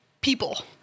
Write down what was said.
people